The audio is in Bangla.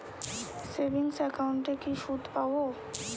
সেভিংস একাউন্টে কি সুদ পাব?